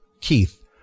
Keith